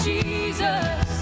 Jesus